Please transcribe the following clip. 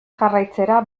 jarraitzera